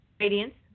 Radiance